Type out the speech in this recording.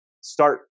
Start